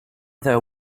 there